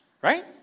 Right